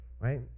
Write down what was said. right